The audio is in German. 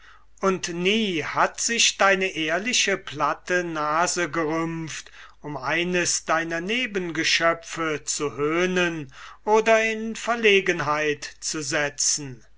und nie hat sich deine ehrliche platte nase gerümpft um eines deiner nebengeschöpfe zu höhnen oder in verlegenheit zu setzen